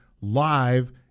live